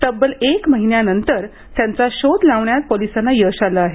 तब्बल एक महिन्यानंतर त्यांचा शोध लावण्यात पोलिसांना यश आलं आहे